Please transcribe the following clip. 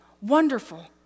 wonderful